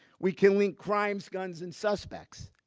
we can link crimes, guns, and suspects.